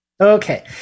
Okay